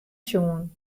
sjoen